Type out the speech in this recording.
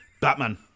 Batman